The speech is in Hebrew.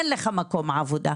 אין לך מקום עבודה,